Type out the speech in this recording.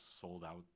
sold-out